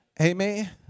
Amen